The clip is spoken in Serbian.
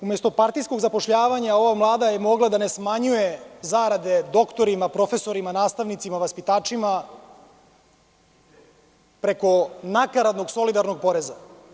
Umesto partijskog zapošljavanja, ova Vlada je mogla da ne smanjuje zarade doktorima, profesorima, nastavnicima, vaspitačima, preko nakaradnog solidarnog poreza.